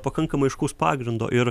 pakankamai aiškaus pagrindo ir